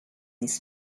his